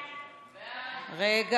סעיפים 3 4 נתקבלו.